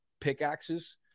pickaxes